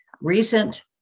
recent